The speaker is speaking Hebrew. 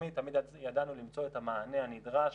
לאומי תמיד ידענו למצוא את המענה הנדרש,